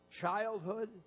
childhood